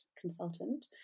consultant